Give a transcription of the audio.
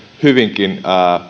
hyvinkin